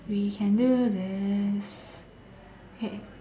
we can do this okay